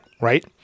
Right